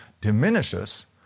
diminishes